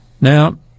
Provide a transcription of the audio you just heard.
Now